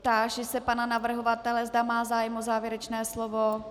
Táži se pana navrhovatele, zda má zájem o závěrečné slovo.